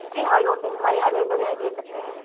जी हाँ लोडिंग हमारे यहाँ अवलेबल है ले सकते हैं